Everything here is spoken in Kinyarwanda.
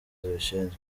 zibishinzwe